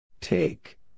Take